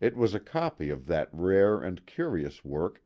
it was a copy of that rare and curious work,